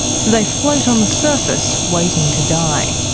so they float on the surface waiting to die.